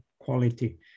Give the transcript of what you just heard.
quality